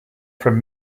from